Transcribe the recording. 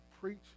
preach